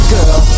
Girl